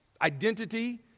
identity